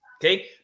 okay